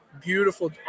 Beautiful